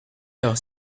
heure